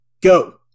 go